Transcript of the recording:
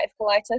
colitis